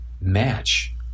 match